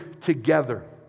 together